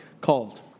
called